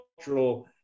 cultural